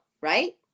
right